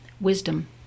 wisdom